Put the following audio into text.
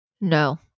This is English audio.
No